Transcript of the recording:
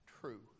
true